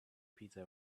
pizza